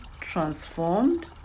transformed